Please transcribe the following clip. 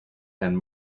and